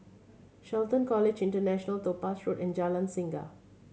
Shelton College International Topaz Road and Jalan Singa